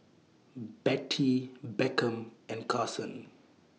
Bettye Beckham and Karson